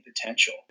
potential